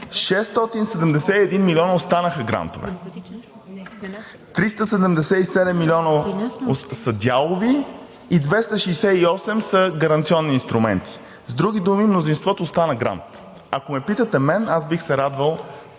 671 милиона останаха грантове, 377 милиона са дялови и 268 са гаранционни инструменти. С други думи, мнозинството остана грант. Ако ме питате мен, аз бих се радвал